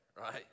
right